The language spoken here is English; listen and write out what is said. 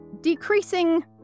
decreasing